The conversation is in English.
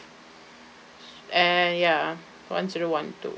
and ya one zero one two